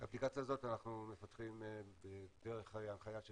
את האפליקציה הזאת אנחנו מפתחים דרך הנחיה של